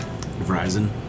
Verizon